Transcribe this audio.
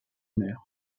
mer